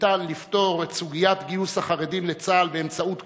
שאפשר לפתור את סוגיית גיוס החרדים לצה"ל באמצעות כפייה,